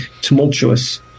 tumultuous